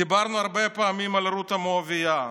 דיברנו הרבה פעמים על רות המואבייה,